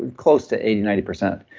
and close to eighty, ninety percent.